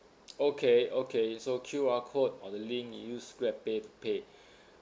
okay okay so Q_R code or the link use grabpay to pay